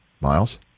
Miles